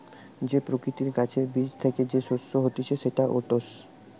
যে প্রকৃতির গাছের বীজ থ্যাকে যে শস্য হতিছে সেটা ওটস